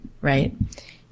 right